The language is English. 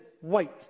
white